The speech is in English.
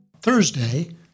Thursday